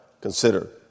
consider